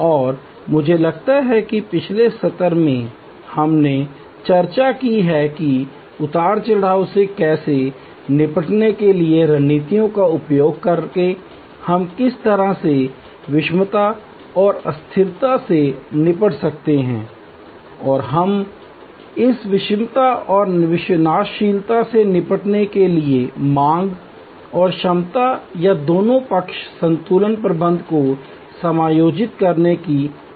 और मुझे लगता है कि पिछले सत्र में हमने चर्चा की है कि उतार चढ़ाव से निपटने के लिए रणनीतियों का उपयोग करके हम किस तरह से विषमता और अस्थिरता से निपट सकते हैं और हमें इस विषमता और विनाशशीलता से निपटने के लिए मांग और क्षमता या दोनों पक्ष संतुलन प्रबंधन को समायोजित करने की आवश्यकता है